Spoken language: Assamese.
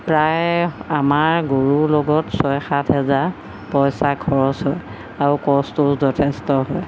প্ৰায় আমাৰ গৰুৰ লগত ছয় সাত হেজাৰ পইচা খৰচ হয় আৰু কষ্টও যথেষ্ট হয়